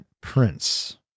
prince